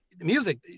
Music